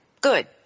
good